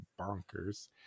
bonkers